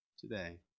today